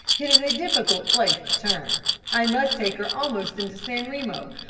it is a difficult place to turn i must take her almost into san remo.